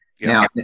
Now